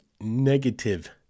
negative